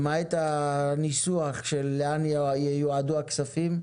למעט הניסוח של לאן ייועדו הכספים,